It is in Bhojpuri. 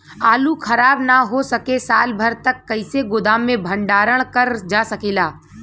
आलू खराब न हो सके साल भर तक कइसे गोदाम मे भण्डारण कर जा सकेला?